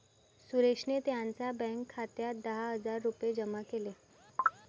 सुरेशने त्यांच्या बँक खात्यात दहा हजार रुपये जमा केले